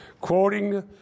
quoting